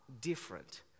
different